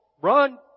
Run